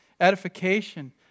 edification